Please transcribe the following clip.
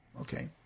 Okay